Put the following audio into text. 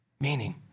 Meaning